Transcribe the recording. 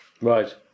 Right